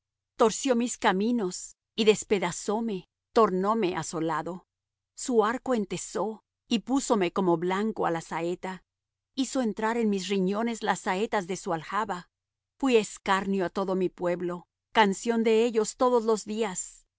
torció mis caminos y depedazóme tornóme asolado su arco entesó y púsome como blanco a la saeta hizo entrar en mis riñones las saetas de su aljaba fuí escarnio á todo mi pueblo canción de ellos todos los días